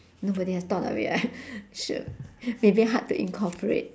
nobody has thought of it right sh~ maybe hard to incorporate